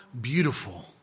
beautiful